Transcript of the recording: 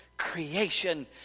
creation